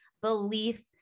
belief